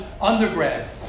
undergrad